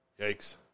Yikes